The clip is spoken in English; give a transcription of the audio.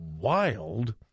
wild